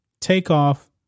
takeoff